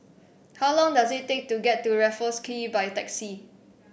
how long does it take to get to Raffles Quay by taxi